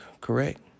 correct